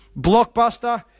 blockbuster